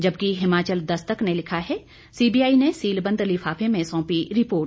जबकि हिमाचल दस्तक ने लिखा है सीबीआई ने सीलबंद लिफाफे में सौंपी रिपोर्ट